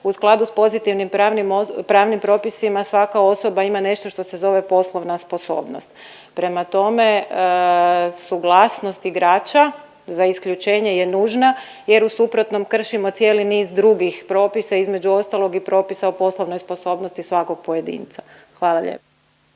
U skladu sa pozitivnim pravnim propisima svaka osoba ima nešto što se zove poslovna sposobnost. Prema tome, suglasnost igrača za isključenje je nužna jer u suprotnom kršimo cijeli niz drugih propisa između ostalog i propisa o poslovnoj sposobnosti svakog pojedinca. Hvala lijepa.